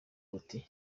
buti